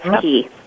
key